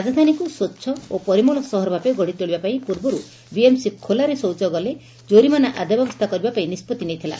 ରାଜଧାନୀକୁ ସ୍ୱ ଓ ପରିମଳ ସହର ଭାବେ ଗଢି ତୋଳିବା ପାଇଁ ପୂର୍ବରୁ ବିଏମସି ଖୋଲାରେ ଶୌଚ ଗଲେ ଜୋରିମାନା ଆଦାୟ ବ୍ୟବସ୍କା କରିବା ପାଇଁ ନିଷ୍ବଉି ନେଇଥିଲା